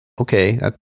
okay